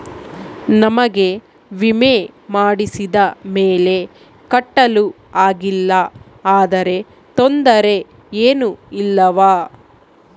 ನಮಗೆ ವಿಮೆ ಮಾಡಿಸಿದ ಮೇಲೆ ಕಟ್ಟಲು ಆಗಿಲ್ಲ ಆದರೆ ತೊಂದರೆ ಏನು ಇಲ್ಲವಾ?